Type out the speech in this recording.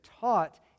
taught